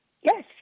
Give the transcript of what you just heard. Yes